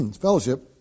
Fellowship